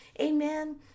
Amen